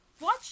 watch